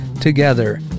together